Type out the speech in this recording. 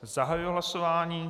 Zahajuji hlasování.